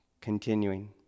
Continuing